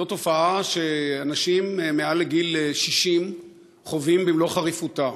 זו תופעה שאנשים מעל גיל 60 חווים במלוא חריפותה,